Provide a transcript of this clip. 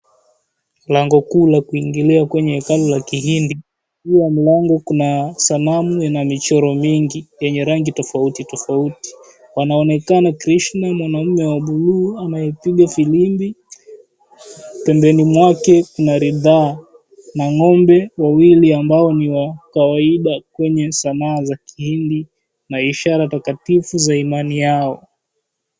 Lango kuu la kuingia kwenye hekalu la kihindi, juu ya mlango Kuna sanamu na michoro mingi yenye rangi tofautitofauti, wanaonekana Krishna mwanaume wa [buluu] akiwa amelishika firimbi, pembeni mwake Kuna ridhaa na ng'ombe mbili ambao ni wakawaida kwenye sanaa za kihindi na ishara takatifu za imani yao.